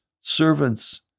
servants